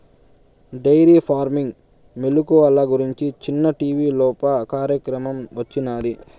dairy farming మెలుకువల గురించి నిన్న టీవీలోప కార్యక్రమం వచ్చినాది